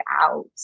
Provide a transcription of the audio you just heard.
out